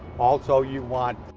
also you want